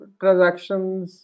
transactions